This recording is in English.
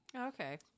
Okay